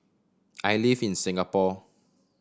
I live in Singapore